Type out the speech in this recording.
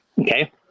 Okay